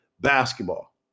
basketball